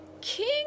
King